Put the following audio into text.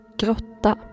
grotta